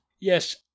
Yes